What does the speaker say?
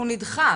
הוא נדחה,